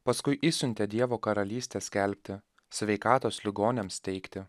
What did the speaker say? paskui išsiuntė dievo karalystę skelbti sveikatos ligoniams teikti